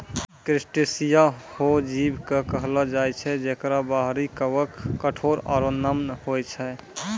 crustacea हो जीव कॅ कहलो जाय छै जेकरो बाहरी कवच कठोर आरो नम्य होय छै